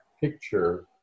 picture